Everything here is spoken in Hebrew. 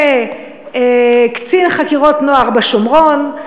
קצין חקירות נוער בשומרון,